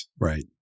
Right